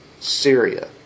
Syria